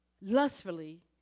lustfully